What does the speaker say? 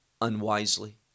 unwisely